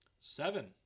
seven